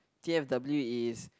t_f_w is